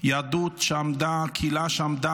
קהילה שעמדה